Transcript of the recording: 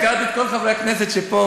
הזכרתי את כל חברי הכנסת שפה,